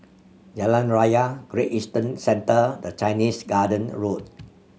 Jalan Raya Great Eastern Centre and Chinese Garden Road